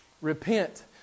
repent